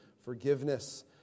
forgiveness